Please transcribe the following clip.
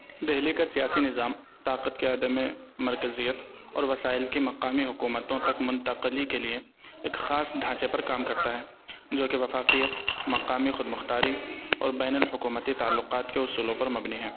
دہلی کا سیاسی نظام طاقت کے عہدے میں مرکزیت اور وسائل کی مقامی حکومتوں تک منتقلی کے لیے ایک خاص ڈھانچے پر کام کرتا ہے جو کہ وفاقیت مقامی خودمختاری اور بین الحکومتی تعلقات کے اصولوں پر مبنی ہے